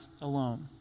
alone